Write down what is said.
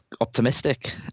optimistic